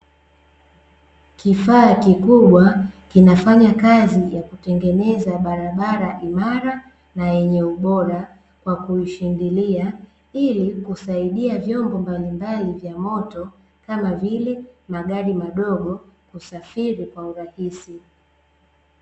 Kifaa kikubwa kinafanya kazi ya kutengeneza barabara imara na yenye ubora, kwa kuishindilia ili kusaidia vyombo mbalimbali vya moto, kama vile magari madogo kusafiri kwa urahisi.